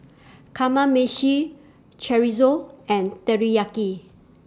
Kamameshi Chorizo and Teriyaki